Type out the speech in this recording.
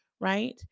right